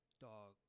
Dog